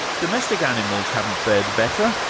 domestic animals haven't fared better.